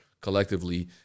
collectively